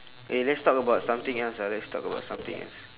eh let's talk about something else lah let's talk about something else